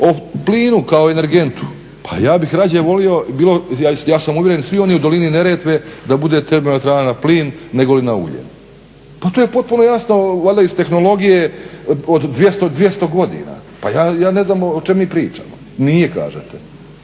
O plinu kao energentu, pa ja bih radije volio, bilo, ja sam uvjeren svi oni u dolini Neretve da bude termoelektrana na plin nego li na ulje. Pa to je potpuno jasno valjda iz tehnologije od 200 godina. Pa ja ne znam o čemu mi pričamo, nije kažete.